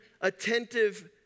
attentive